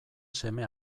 seme